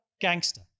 gangster